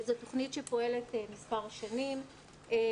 זאת תוכנית שפועלת מספר שנים.